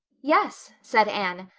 yes, said anne,